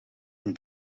hun